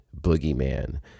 boogeyman